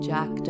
Jack